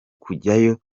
kujyayo